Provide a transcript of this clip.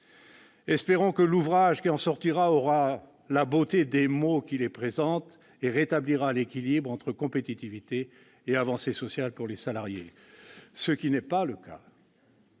espérons que l'ouvrage qui en sortira aura la beauté des mots qui les présentent, et qu'il rétablira l'équilibre entre compétitivité et avancées sociales pour les salariés. Ce n'est pas le cas